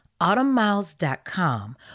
autumnmiles.com